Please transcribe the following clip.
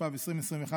התשפ"ב 2021,